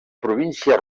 província